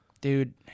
Dude